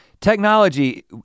technology